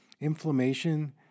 inflammation